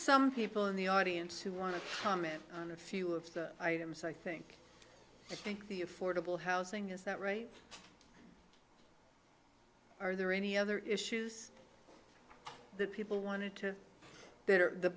some people in the audience who want to comment on a few of the items i think i think the affordable housing is that right are there any other issues that people wanted to better the